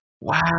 Wow